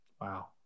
Wow